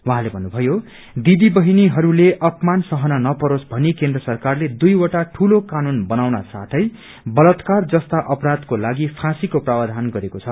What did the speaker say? उहाँले भन्नुभयो दिदी बहिनीहरूले अपमान सहन नपरोस भनी केन्द्र सरकारले दुइवटा दूलो कानून बनाउन साथै बलतकार जस्ता अपराधको लागि फाँसीको प्रावधान गरेको छ